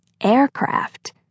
Aircraft